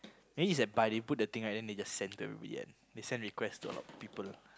maybe is they buy they put the thing right then they just send to everybody one they send request to people lah